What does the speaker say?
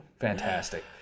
Fantastic